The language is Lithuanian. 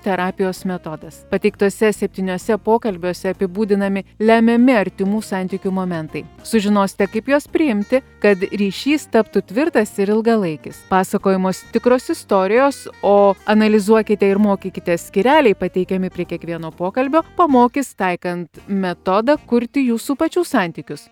terapijos metodas pateiktose septyniose pokalbiuose apibūdinami lemiami artimų santykių momentai sužinosite kaip juos priimti kad ryšys taptų tvirtas ir ilgalaikis pasakojamos tikros istorijos o analizuokite ir mokykitės skyreliai pateikiami prie kiekvieno pokalbio pamokys taikant metodą kurti jūsų pačių santykius